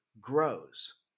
grows